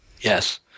Yes